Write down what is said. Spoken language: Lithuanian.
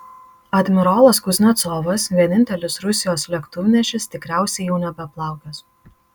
admirolas kuznecovas vienintelis rusijos lėktuvnešis tikriausiai jau nebeplaukios